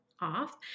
off